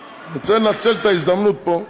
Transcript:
אני רוצה לנצל את ההזדמנות פה.